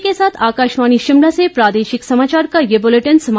इसी के साथ आकाशवाणी शिमला से प्रादेशिक समाचार का ये बुलेटिन समाप्त हुआ